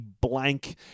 blank